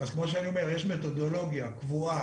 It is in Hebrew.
כמו שאני אומר יש מתודולוגיה קבועה,